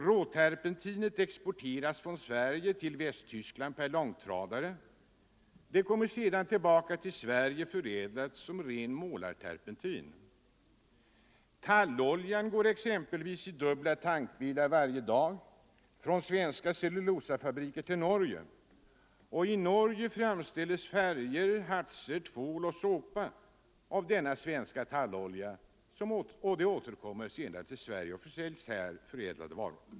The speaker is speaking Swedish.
Råterpentinet exporteras från Sverige till Västtyskland per långtradare. Det kommer sedan tillbaka till Sverige föräldlat till ren målarterpentin. Talloljan går exempelvis i dubbla tankbilar varje dag från svenska cellulosafabriker till Norge. I Norge framställs färger, hartser, tvål och såpa av denna svenska tallolja, som alltså senare återkommer till Sverige och försäljs här som förädlade varor.